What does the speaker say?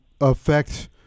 affect